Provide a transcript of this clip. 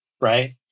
right